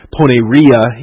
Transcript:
Poneria